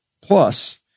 plus